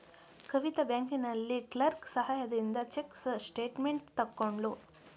ಕವಿತಾ ಬ್ಯಾಂಕಿನಲ್ಲಿ ಕ್ಲರ್ಕ್ ಸಹಾಯದಿಂದ check statement ತಕ್ಕೊದ್ಳು